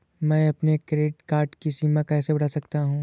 मैं अपने credit card की सीमा कैसे बढ़ा सकता हूँ?